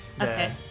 okay